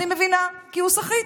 אני מבינה, כי הוא סחיט.